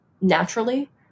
naturally